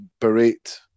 berate